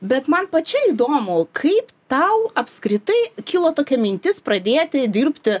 bet man pačiai įdomu kaip tau apskritai kilo tokia mintis pradėti dirbti